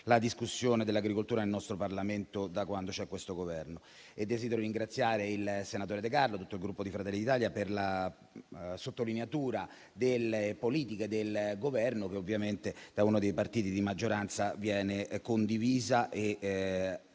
la discussione dell'agricoltura nel nostro Parlamento da quando c'è questo Governo. Desidero ringraziare il senatore De Carlo e tutto il Gruppo Fratelli d'Italia per la sottolineatura delle politiche del Governo, che ovviamente da uno dei partiti di maggioranza viene condivisa.